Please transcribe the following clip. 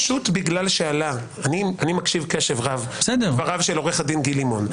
-- פשוט בגלל שעלה אני מקשיב קשב רב לדבריו של עו"ד גיל לימון,